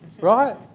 right